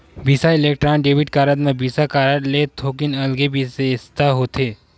बिसा electron debit card म Visa card ले थोकिन अलगे बिसेसता होथे